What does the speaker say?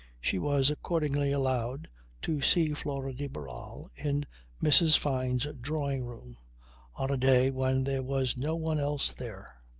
she was accordingly allowed to see flora de barral in mrs. fyne's drawing-room on a day when there was no one else there,